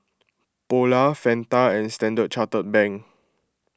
Polar Fanta and Standard Chartered Bank